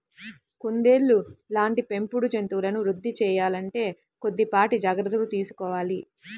కుందేళ్ళ లాంటి పెంపుడు జంతువులను వృద్ధి సేయాలంటే కొద్దిపాటి జాగర్తలు తీసుకోవాలి